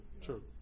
true